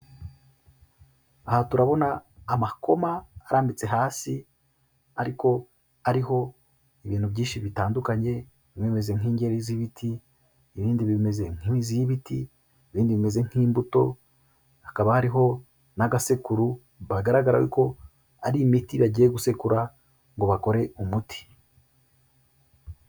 Aha turabona amakoma arambitse hasi ariko ariho ibintu byinshi bitandukanye bimeze nk'ingeri z'ibiti, ibindi bimeze nk'imizi y'ibiti, ibindi bimeze nk'imbuto, hakaba hariho n'agasekuru bagaragara ko ari imiti bagiye gusekura ngo bakore umuti.